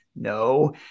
No